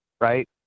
right